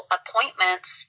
appointments